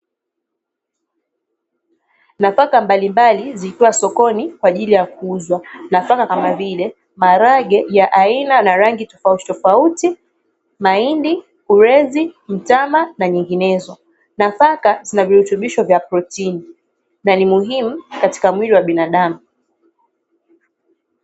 Nafaka mbalimbali zikiwa sokoni kwa ajili ya kuuzwa, nafaka kama vile; maharage ya aina na rangi tofauti tofauti, mahindi, ulezi, mtama na nyinginezo, nafaka zinavirutubisho vya protini na ni muhimu katika mwili wa binadamu.